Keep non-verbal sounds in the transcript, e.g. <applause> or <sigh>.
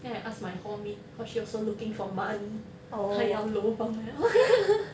then I ask my hall mate cause she also looking for money 他也要 lobang 了 <laughs>